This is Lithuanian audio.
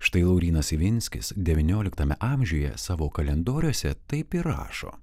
štai laurynas ivinskis devynioliktame amžiuje savo kalendoriuose taip ir rašo